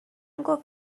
گفت